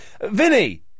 Vinny